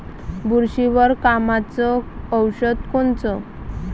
बुरशीवर कामाचं औषध कोनचं?